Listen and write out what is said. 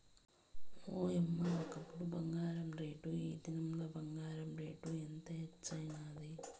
ఓయమ్మ, ఒకప్పుడు బంగారు రేటు, ఈ దినంల బంగారు రేటు ఎంత హెచ్చైనాది